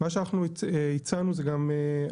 מה שאנחנו הצענו זה גם,